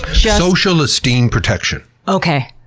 social esteem protection. okay.